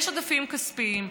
יש עודפים כספיים,